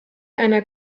einer